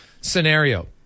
scenario